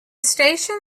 station